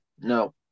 No